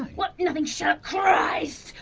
what nothing shut up christ!